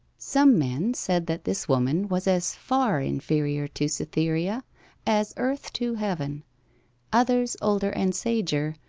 some men said that this woman was as far inferior to cytherea as earth to heaven others, older and sager,